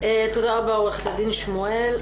תודה רבה, עוה"ד שמואל.